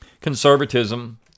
conservatism